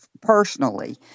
personally